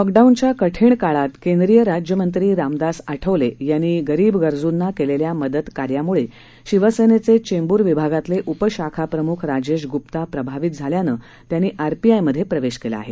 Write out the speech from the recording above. लॉकडाऊनच्या कठीण काळात केंद्रिय राज्यमंत्री रामदास आठवले यांनी गरीब गरजूंना केलेल्या मदत कार्यामुळे शिवसेनेचे चेंब्र विभागातले उपशाखाप्रमुख राजेश गुप्ता प्रभावित झाल्यानं त्यांनी आर पी आय मध्ये प्रवेश केला आहे